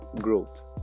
Growth